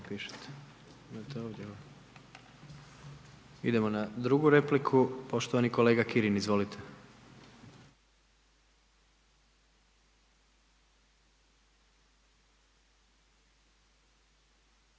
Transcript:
Idemo onda dalje, poštovani kolega Kirin, izvolite.